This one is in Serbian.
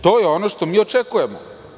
To je ono što mi očekujemo.